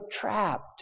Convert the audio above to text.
trapped